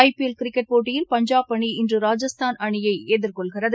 ஐ PL cricket போட்டியில் பஞ்சாப் அணி இன்று ராஜஸ்தான் அணியைஎதிர்கொள்கிறது